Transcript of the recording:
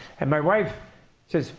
and my wife says,